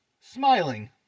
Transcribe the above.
Smiling